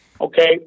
Okay